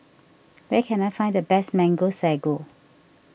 where can I find the best Mango Sago